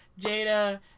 Jada